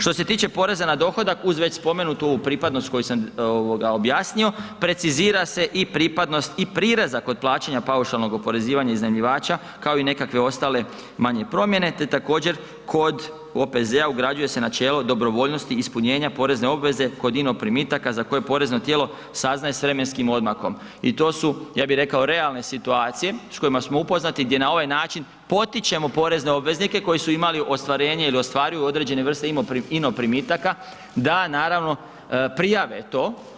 Što se tiče poreza na dohodak, uz već spomenutu ovu pripadnost koju sam ovoga objasnio, precizira se i pripadnost i prireza kod plaćanja paušalnog oporezivanja iznajmljivača, kao i nekakve ostale manje promjene, te također kod OPZ-a ugrađuje se načelo dobrovoljnosti ispunjenja porezne obveze kod INO primitaka za koje porezno tijelo saznaje s vremenskim odmakom i to su, ja bi rekao, realne situacije s kojima smo upoznati gdje na ovaj način potičemo porezne obveznike koji su imali ostvarenje i ostvaruju određene vrste INO primitaka da naravno prijave to.